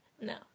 No